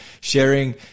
sharing